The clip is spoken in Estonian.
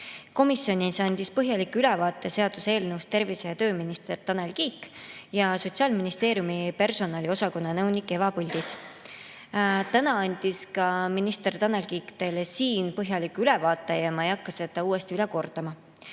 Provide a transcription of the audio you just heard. Komisjonis andsid põhjaliku ülevaate seaduseelnõust tervise‑ ja tööminister Tanel Kiik ja Sotsiaalministeeriumi personaliosakonna nõunik Eva Põldis. Täna andis minister Tanel Kiik teile ka siin põhjaliku ülevaate ja ma ei hakka seda üle kordama.